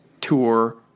tour